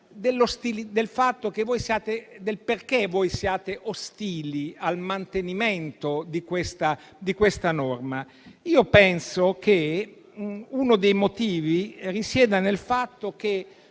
del perché voi siate ostili al mantenimento di questa norma. Io penso che uno dei motivi risieda nel fatto che